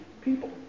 people